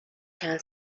چند